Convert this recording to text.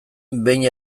behin